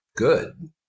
Good